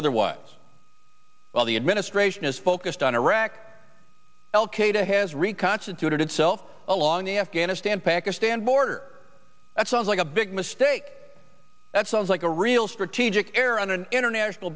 otherwise all the administration is focused on iraq al qaeda has reconstituted itself along the afghanistan pakistan border that sounds like a big mistake that sounds like a real strategic error on an international